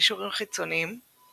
קישורים חיצוניים ==